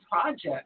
project